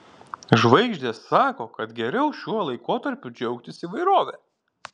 žvaigždės sako kad geriau šiuo laikotarpiu džiaugtis įvairove